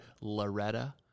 Loretta